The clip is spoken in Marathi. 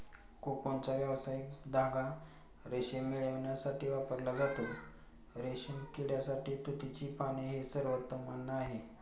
कोकूनचा व्यावसायिक धागा रेशीम मिळविण्यासाठी वापरला जातो, रेशीम किड्यासाठी तुतीची पाने हे सर्वोत्तम अन्न आहे